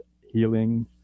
healing